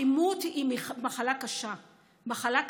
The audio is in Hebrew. אלימות היא מחלה קשה ביותר,